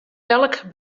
elk